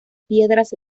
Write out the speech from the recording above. piedras